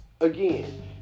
Again